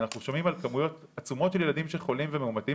אנחנו שומעים על כמויות עצומות של ילדים שחולים ומאומתים